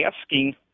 asking